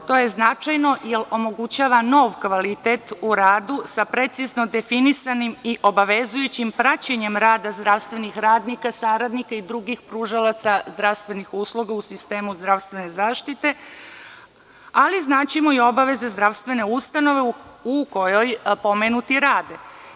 To je značajno jer omogućava nov kvalitet u radu sa precizno definisanim i obavezujućim praćenjem rada zdravstvenih radnika, saradnika i drugih pružalaca zdravstvenih usluga u sistemu zdravstvene zaštite, ali znaćemo i obaveze zdravstvene ustanove u kojoj pomenuti rade.